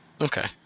Okay